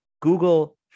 Google